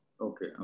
okay